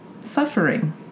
suffering